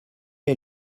est